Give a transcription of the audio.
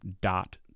dot